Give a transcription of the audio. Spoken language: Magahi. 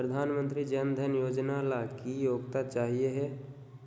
प्रधानमंत्री जन धन योजना ला की योग्यता चाहियो हे?